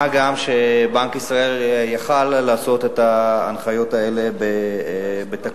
בנק ישראל יכול היה לעשות את ההנחיות האלה בתקנות